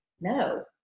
no